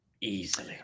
Easily